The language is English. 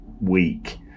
week